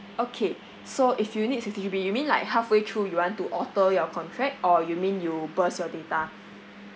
okay so if you need sixty G_B you mean like halfway through you want to alter your contract or you mean you burst your data